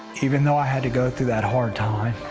even though i had to go through that hard time,